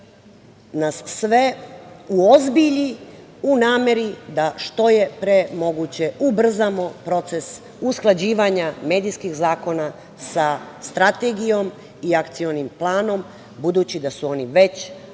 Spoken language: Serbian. nas sve uozbilji u nameri da što je pre moguće ubrzamo proces usklađivanja medijskih zakona sa strategijom i akcionim planom, budući da su oni već,